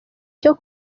cyo